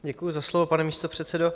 Děkuji za slovo, pane místopředsedo.